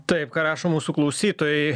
taip ką rašo mūsų klausytojai